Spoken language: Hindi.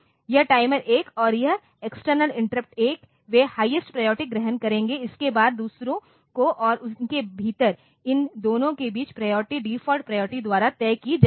यह टाइमर 1 और यह एक्सटर्नल इंटरप्ट 1 वे हाईएस्ट प्रायोरिटी ग्रहण करेंगे इसके बाद दूसरों को और उनके भीतर इन दोनों के बीच प्रायोरिटी डिफ़ॉल्ट प्रायोरिटी द्वारा तय की जाएगी